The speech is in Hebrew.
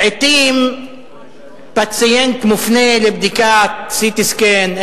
לעתים פציינט מופנה לבדיקת CT scan,